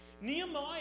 Nehemiah